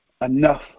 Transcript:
enough